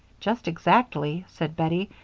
just exactly, said bettie,